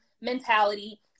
mentality